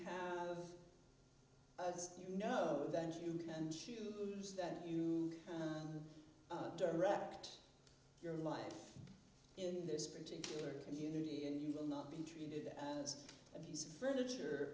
have you know that you can choose that you direct your life in this particular community and you will not be treated as a piece of furniture